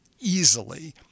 easily